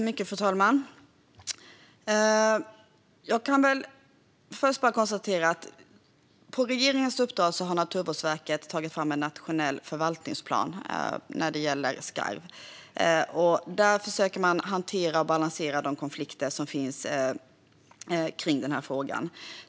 Fru talman! Jag kan först konstatera att Naturvårdsverket på regeringens uppdrag har tagit fram en nationell förvaltningsplan när det gäller skarv. Där försöker man hantera och balansera de konflikter som finns kring frågan.